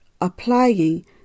applying